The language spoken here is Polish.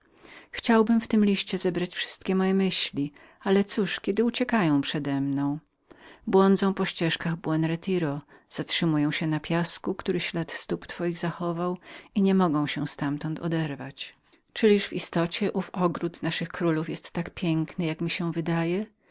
chciałbym w niniejszem zebrać wszystkie myśli moje ale cóż gdy one uciekają przedemną błądzą zapewne po ścieżkach buen retiro zatrzymują się na piasku który ślady stóp twoich zatrzymał i nie mogą się ztamtąd oderwać czyliż w istocie ten ogród naszych królów jest tak pięknym jak mi się wydaje